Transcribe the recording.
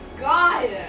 god